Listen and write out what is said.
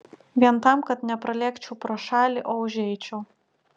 vien tam kad nepralėkčiau pro šalį o užeičiau